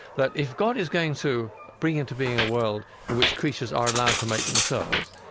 that if god is going to bring into being a world in which creatures are allowed to make themselves,